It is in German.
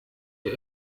ihr